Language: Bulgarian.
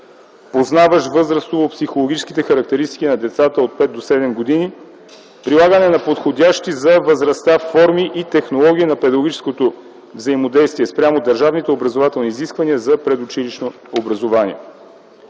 познаващ възрастово-психологическите характеристики на децата от 5 до 7 години, прилагане на подходящи за възрастта форми и технологии на педагогическото взаимодействие спрямо държавните образователни изисквания за предучилищно образование.